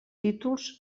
títols